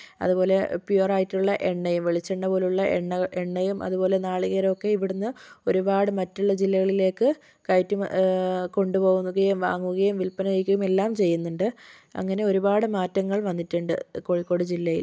അതുപോലെ പ്യുവര് ആയിട്ടുള്ള എണ്ണയും വെളിച്ചെണ്ണ പോലെയുള്ള എണ്ണക എണ്ണയും അതുപോലെ നാളികേരവുമൊക്കെ ഇവിടെ നിന്ന് ഒരുപാട് മറ്റുള്ള ജില്ലകളിലേക്ക് കയറ്റുമ കൊണ്ടുപോകുകയും വാങ്ങുകയും വില്പന ചെയ്യിക്കുകയും എല്ലാം ചെയ്യുന്നുണ്ട് അങ്ങനെ ഒരുപാട് മാറ്റങ്ങള് വന്നിട്ടുണ്ട് കോഴിക്കോട് ജില്ലയില്